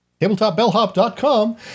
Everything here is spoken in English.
tabletopbellhop.com